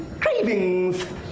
Cravings